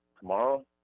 tomorrow